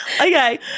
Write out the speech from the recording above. Okay